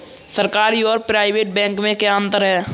सरकारी और private bank में क्या अंतर है?